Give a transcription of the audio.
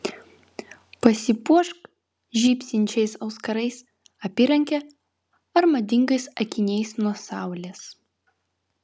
pasipuošk žybsinčiais auskarais apyranke ar madingais akiniais nuo saulės